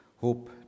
hope